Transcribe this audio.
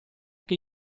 che